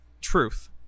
Truth